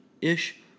ish